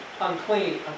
unclean